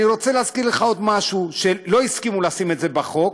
אני רוצה להזכיר לך עוד משהו שלא הסכימו לשים בחוק,